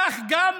כך גם